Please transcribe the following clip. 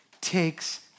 takes